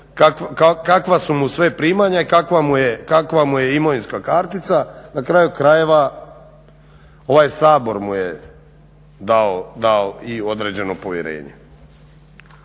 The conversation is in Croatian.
ikakva su mu sve primanja i kakva mu je imovinska kartica. Na kraju krajeva i ovaj Sabor mu je dao određeno povjerenje.